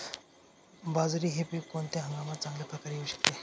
बाजरी हे पीक कोणत्या हंगामात चांगल्या प्रकारे येऊ शकते?